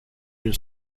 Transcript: une